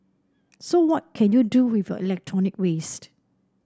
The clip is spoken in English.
so what can you do with your electronic waste